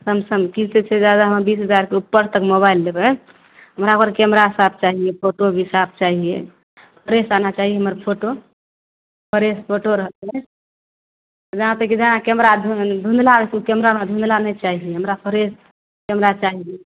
सेमसनेो किस्त छै हमरा जादा बीस हजारके उपर तक मोबाइल लेबय हमरा ओकर कैमरा साफ चाहियै फोटो भी साफ चाहिए फ्रेश आना चाही हमर फोटो फ्रेश फोटो रहतय जहाँ तक जहाँ कैमरा धुन धुन्दला रहतय उ कैमरामे धुन्दला नइ चाहियै हमरा फ्रेश कैमरा चाहियै